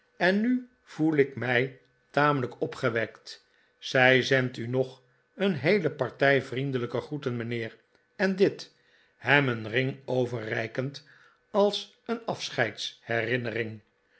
en nu voel ik mij tamelijk opgewekt zij zendt u nog en heele partij vriendelijke groeten mijnheer en dit hem een ring overreikend als een